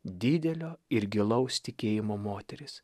didelio ir gilaus tikėjimo moteris